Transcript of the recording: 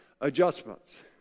adjustments